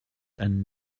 and